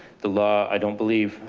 the law, i don't believe,